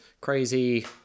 crazy